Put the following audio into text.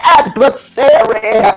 adversary